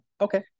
Okay